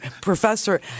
Professor